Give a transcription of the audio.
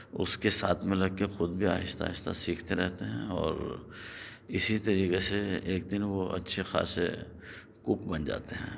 اس کے ساتھ میں لگ کے خود بھی آہستہ آہستہ سیکھتے رہتے ہیں اور اسی طریقے سے ایک دن وہ اچھے خاصے کُک بن جاتے ہیں